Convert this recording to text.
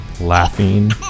laughing